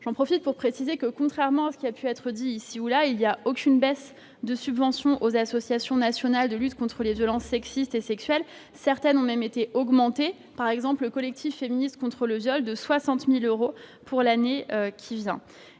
J'en profite pour préciser que, contrairement à ce qui a pu être dit ici ou là, il n'y a aucune baisse des subventions versées aux associations nationales de lutte contre les violences sexistes et sexuelles. Certaines ont même été augmentées : par exemple, le Collectif féministe contre le viol recevra 60 000 euros supplémentaires pour l'année qui vient.